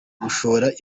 gushora